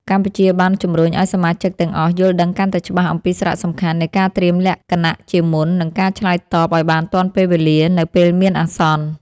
កម្ពុជាបានជំរុញឱ្យសមាជិកទាំងអស់យល់ដឹងកាន់តែច្បាស់អំពីសារៈសំខាន់នៃការត្រៀមលក្ខណៈជាមុន និងការឆ្លើយតបឱ្យបានទាន់ពេលវេលានៅពេលមានអាសន្ន។